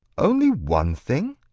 only one thing?